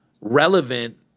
relevant